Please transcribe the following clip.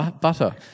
Butter